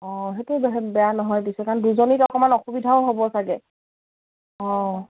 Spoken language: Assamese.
অঁ সেইটো বেয়া নহয় দিছে কাৰণ দুজনীত অকণমান অসুবিধাও হ'ব চাগে অঁ